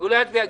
הוא לא יצביע ג'